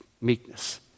meekness